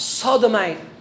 sodomite